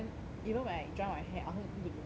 even when I dry my hair I also need to be very 轻